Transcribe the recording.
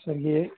तो सर ये